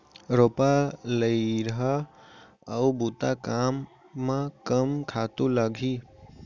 रोपा, लइहरा अऊ बुता कामा कम खातू लागही?